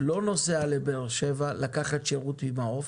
לא נוסעים לבאר שבע לקחת שירות ממעו"ף.